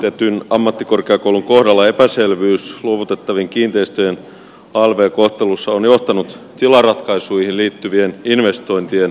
monen yksityistetyn ammattikorkeakoulun kohdalla epäselvyys luovutettavien kiinteistöjen alv kohtelussa on johtanut tilaratkaisuihin liittyvien investointien pysähtymiseen